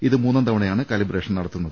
ഇത് മൂന്നാം തവണയാണ് കാലിബ്രേഷൻ നടത്തുന്നത്